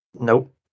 nope